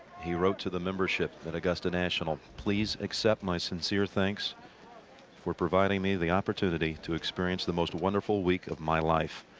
he wrote to the membership at augusta national. please accept my sincere thanks for providing me the opportunity to experience the most wonderful week of my life.